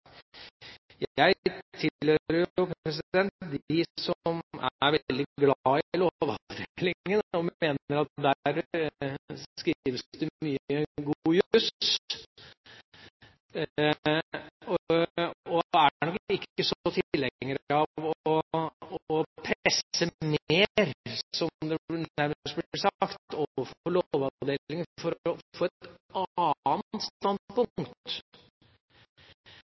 Jeg tilhører dem som er veldig glad i Lovavdelingen, og mener at der skrives det mye god jus. Jeg er nok ikke så tilhenger av å presse mer – som det nærmest blir sagt – overfor Lovavdelingen for å få et annet standpunkt. Da er vel egentlig løsningen for